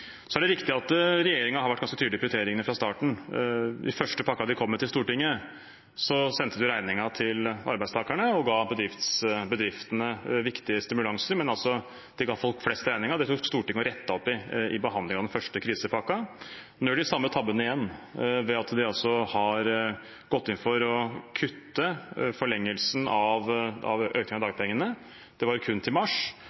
er riktig at regjeringen har vært ganske tydelig i prioriteringene fra starten. I den første pakken de kom med til Stortinget, sendte de regningen til arbeidstakerne og ga bedriftene viktige stimulanser, men de ga folk flest regningen. Det rettet Stortinget opp i i behandlingen av den første krisepakken. Nå gjør de den samme tabben igjen ved at de har gått inn for å kutte forlengelsen av